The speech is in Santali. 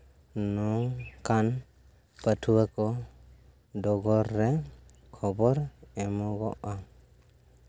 ᱱᱚᱝᱠᱟᱱ ᱯᱟᱹᱴᱷᱩᱣᱟᱹ ᱠᱚ ᱰᱚᱜᱚᱨ ᱨᱮ ᱠᱷᱚᱵᱚᱨ ᱮᱢᱚᱜᱚᱜᱼᱟ